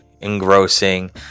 Engrossing